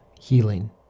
healing